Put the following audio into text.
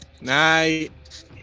night